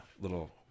little